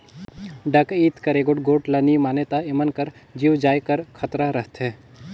डकइत कर गोएठ ल नी मानें ता एमन कर जीव जाए कर खतरा रहथे